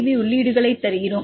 B உள்ளீடுகளை தருகிறோம்